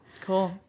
Cool